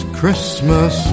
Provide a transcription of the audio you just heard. Christmas